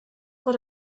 vor